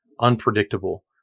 unpredictable